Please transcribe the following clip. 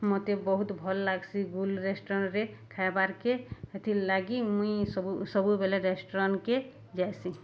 ମତେ ବହୁତ୍ ଭଲ୍ ଲାଗ୍ସି ଗୁଲ୍ ରେଷ୍ଟୁରାଣ୍ଟ୍ରେ ଖାଇବାର୍କେ ହେଥିର୍ ଲାଗି ମୁଇଁ ସବୁ ସବୁବେଲେ ରେଷ୍ଟୁରାଣ୍ଟ୍କେ ଯାଏସିଁ